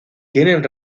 tienen